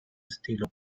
estilo